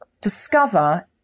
discover